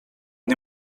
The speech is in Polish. nie